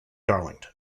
darlington